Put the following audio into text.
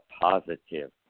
positive